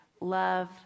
love